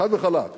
חד וחלק,